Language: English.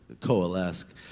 coalesce